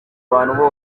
abantu